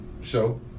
show